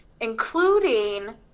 including